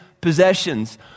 possessions